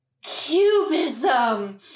Cubism